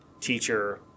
teacher